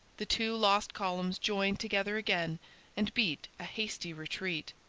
the two lost columns joined together again and beat a hasty retreat.